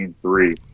three